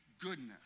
goodness